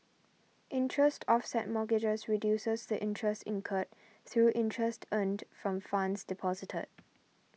interest offset mortgages reduces the interest incurred through interest earned from funds deposited